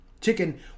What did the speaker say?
chicken